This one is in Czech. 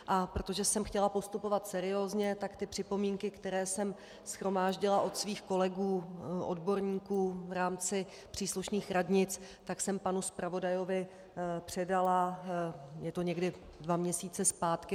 A protože jsem chtěla postupovat seriózně, tak připomínky, které jsem shromáždila od svých kolegů odborníků v rámci příslušných radnic, jsem panu zpravodajovi předala, je to někdy dva měsíce zpátky.